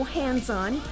hands-on